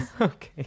Okay